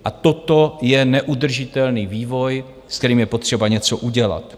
A toto je neudržitelný vývoj, se kterým je potřeba něco udělat.